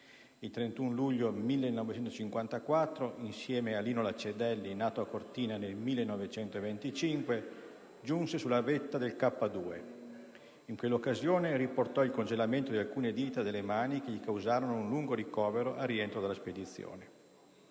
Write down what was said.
Il 31 luglio 1954, insieme a Lino Lacedelli (nato Cortina d'Ampezzo nel 1925), giunse sulla vetta del K2. In quell'occasione riportò il congelamento di alcune dita delle mani, che gli causarono un lungo ricovero al rientro dalla spedizione.